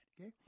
okay